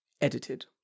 edited